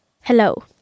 Hello